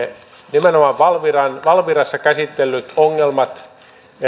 nimenomaan valvirassa käsitellyt ongelmat